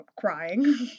crying